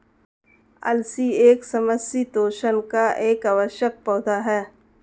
अलसी एक समशीतोष्ण का अति आवश्यक पौधा है